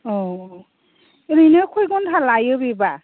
औ औ ओरैनो खय घन्टा लायो बेबा